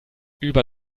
über